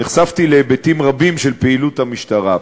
נחשפתי להיבטים רבים של פעילות המשטרה,